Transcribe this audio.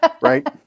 right